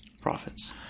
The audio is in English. Profits